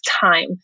time